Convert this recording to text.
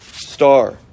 Star